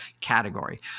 category